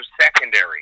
secondary